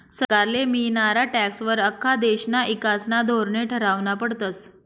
सरकारले मियनारा टॅक्सं वर आख्खा देशना ईकासना धोरने ठरावना पडतस